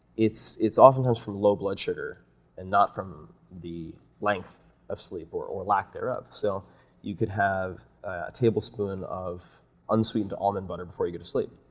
it's it's often times from low blood sugar and not from the length of sleep or or lack thereof. so you could have a tablespoon of unsweetened almond butter before you go to sleep,